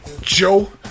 Joe